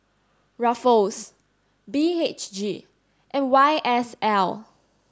ruffles B H G and Y S L